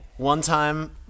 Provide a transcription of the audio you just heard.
One-time